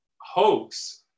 hoax